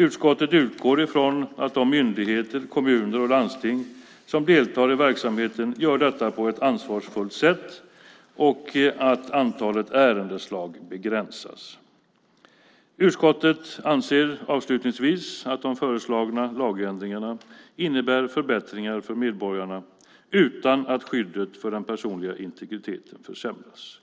Utskottet utgår från att de myndigheter, kommuner och landsting som deltar i verksamheten gör detta på ett ansvarsfullt sätt och att antalet ärendeslag begränsas. Utskottet anser avslutningsvis att de föreslagna lagändringarna innebär förbättringar för medborgarna utan att skyddet för den personliga integriteten försämras.